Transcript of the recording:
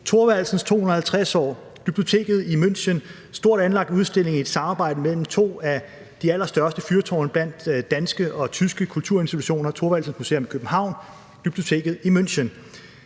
Thorvaldsens 250 år på Glyptoteket i München: stort anlagt udstilling i et samarbejde mellem to af de allerstørste fyrtårne blandt danske og tyske kulturinstitutioner, nemlig Thorvaldsens Museum i København og Glyptoteket i München;